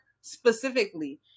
specifically